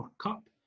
Cup